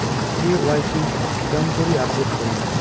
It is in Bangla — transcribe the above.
কে.ওয়াই.সি কেঙ্গকরি আপডেট করিম?